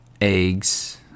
eggs